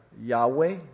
Yahweh